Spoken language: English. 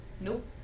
Nope